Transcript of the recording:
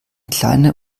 kleine